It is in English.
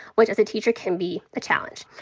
which as a teacher can be a challenge.